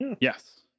Yes